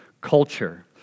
culture